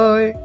Bye